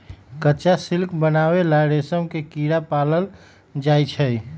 कच्चा सिल्क बनावे ला रेशम के कीड़ा पालल जाई छई